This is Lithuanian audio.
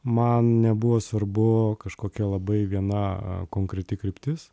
man nebuvo svarbu kažkokia labai viena konkreti kryptis